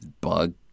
Bug